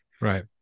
Right